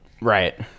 Right